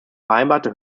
vereinbarte